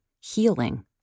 healing